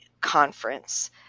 conference